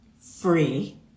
free